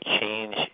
change